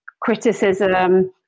criticism